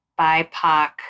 BIPOC